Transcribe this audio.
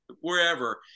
wherever